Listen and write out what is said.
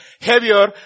heavier